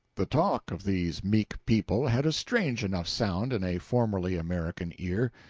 the talk of these meek people had a strange enough sound in a formerly american ear.